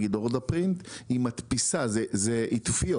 אנחנו אמרנו דבר כזה: לתת באופן כללי לכל הלקוחות,